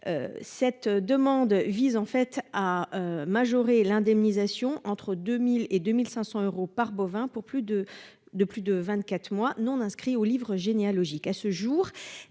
Cette demande vise en fait à majorer l'indemnisation entre 2000 et 2500 euros par bovin pour plus de de plus de 24 mois non inscrit au Livre généalogique.